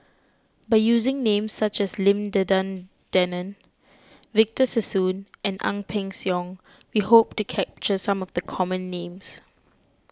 by using names such as Lim Denan Denon Victor Sassoon and Ang Peng Siong we hope to capture some of the common names